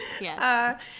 Yes